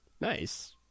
Nice